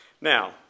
Now